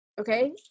okay